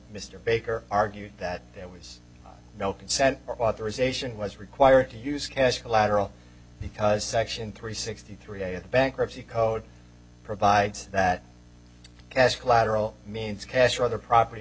mr baker argued that there was no consent or authorization was required to use cash collateral because section three sixty three of the bankruptcy code provides that cask lateral means cash or other property